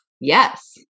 Yes